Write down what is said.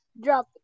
drop